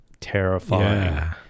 terrifying